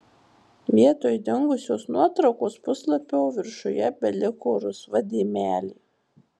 vietoj dingusios nuotraukos puslapio viršuje beliko rusva dėmelė